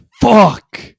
Fuck